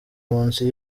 munsi